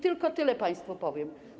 Tylko tyle państwu powiem.